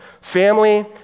Family